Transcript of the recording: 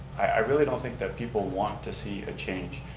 i really don't think that people want to see a change.